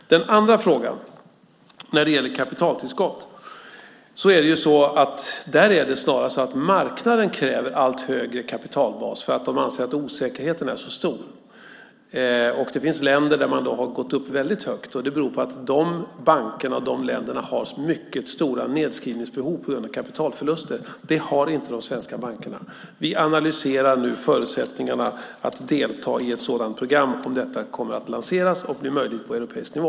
När det gäller den andra frågan om kapitaltillskott är det snarast så att marknaden kräver allt högre kapitalbas för att den anser att osäkerheten är så stor. Det finns länder där man har gått upp väldigt högt, och det beror på att de bankerna och de länderna har mycket stora nedskrivningsbehov på grund av kapitalförluster. Det har inte de svenska bankerna. Vi analyserar nu förutsättningarna för att delta i ett sådant program om detta kommer att lanseras och bli möjligt på europeisk nivå.